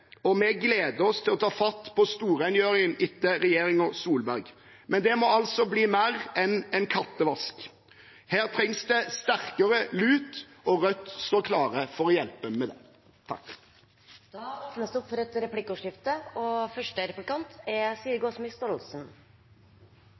og vi gleder oss til å ta fatt på storrengjøringen etter regjeringen Solberg. Men det må altså bli mer enn en kattevask. Her trengs det sterkere lut, og Rødt står klar til å hjelpe med det. Det blir replikkordskifte. I valgkampen sa Rødt at de ønsker at det